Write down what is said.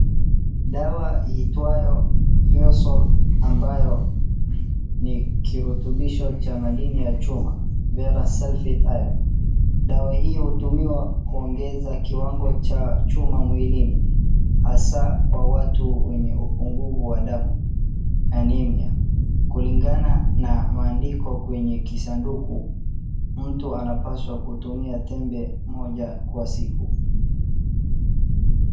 Dawa iitwayo feosol ambayo ni kirutubisho cha madini ya chuma, ferrous sulfate iron dawa hii hutumiwa kuongeza kiwango cha chuma mwilini, hasaa kwa watu wenye upungufu wa damu, anaemia kulingana na maandiko kwenye kisanduku, mtu anapaswa kutumia tembe moja kwa siku.